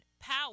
power